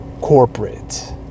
corporate